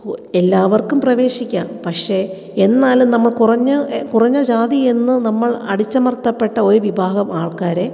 കു എല്ലാവർക്കും പ്രവേശിക്കാം പക്ഷെ എന്നാലും നമ്മൾ കുറഞ്ഞ എ കുറഞ്ഞ ജാതി എന്ന് നമ്മൾ അടിച്ചമർത്തപ്പെട്ട ഒരു വിഭാഗം ആൾക്കാരെ